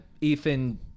Ethan